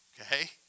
Okay